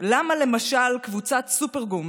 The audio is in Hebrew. למה קבוצת סופרגום,